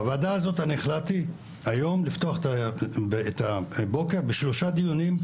בוועדה הזאת אני החלטתי היום לפתוח את הבוקר בשלושה דיונים,